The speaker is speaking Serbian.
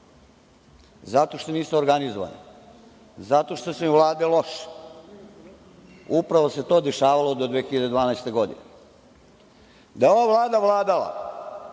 zato što nisu organizovani, zato što su im vlade loše. Upravo se to dešavalo do 2012. godine. Da je ova Vlada vladala